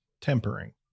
Tempering